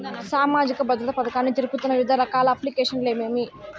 సామాజిక భద్రత పథకాన్ని జరుపుతున్న వివిధ రకాల అప్లికేషన్లు ఏమేమి?